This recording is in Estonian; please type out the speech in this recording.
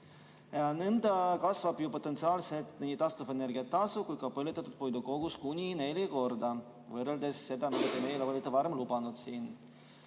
Nõnda kasvab ju potentsiaalselt nii taastuvenergia tasu kui ka põletatud puidu kogus kuni neli korda, võrreldes sellega, mida te meile olite varem lubanud.